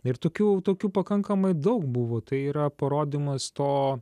ir tokių tokių pakankamai daug buvo tai yra parodymas to